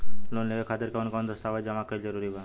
Loan लेवे खातिर कवन कवन दस्तावेज जमा कइल जरूरी बा?